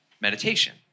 meditation